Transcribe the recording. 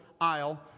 aisle